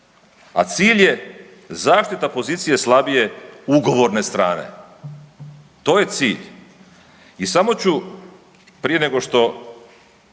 a cilj je zaštita pozicija slabije ugovorne strane. To je cilj. I samo ću prije nego što